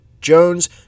Jones